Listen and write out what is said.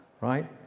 right